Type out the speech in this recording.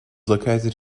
located